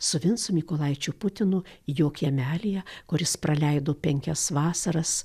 su vincu mykolaičiu putinu jo kiemelyje kur jis praleido penkias vasaras